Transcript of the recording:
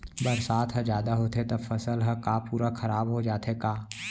बरसात ह जादा होथे त फसल ह का पूरा खराब हो जाथे का?